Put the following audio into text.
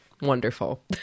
wonderful